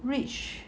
rich reach